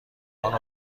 خانم